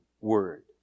word